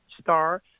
Star